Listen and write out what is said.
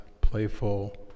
playful